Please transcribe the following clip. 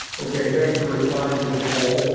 okay, thanks for responding to the poll.